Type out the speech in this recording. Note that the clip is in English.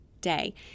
day